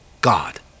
God